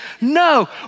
No